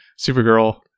Supergirl